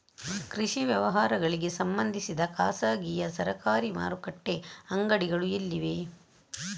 ಕೃಷಿ ವ್ಯವಹಾರಗಳಿಗೆ ಸಂಬಂಧಿಸಿದ ಖಾಸಗಿಯಾ ಸರಕಾರಿ ಮಾರುಕಟ್ಟೆ ಅಂಗಡಿಗಳು ಎಲ್ಲಿವೆ?